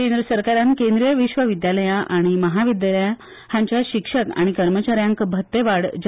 केंद्र सरकारान केंद्रिय विश्वद्द्यालया आनी महाविद्यालया हांच्या शिक्षक आनी कर्मचाऱ्यांक भत्ते वाढ जाहीर केल्या